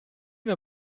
wir